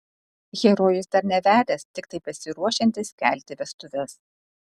herojus dar nevedęs tiktai besiruošiantis kelti vestuves